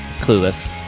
Clueless